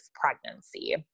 pregnancy